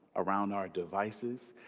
around our devices,